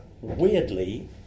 Weirdly